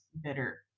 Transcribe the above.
bitter